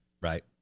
Right